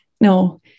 No